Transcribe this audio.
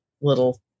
little